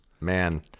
Man